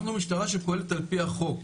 אנחנו משטרה שפועלת על פי החוק,